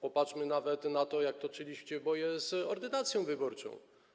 Popatrzmy nawet na to, jakie toczyliście boje z ordynacją wyborczą.